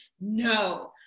No